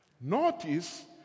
Notice